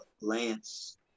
Lance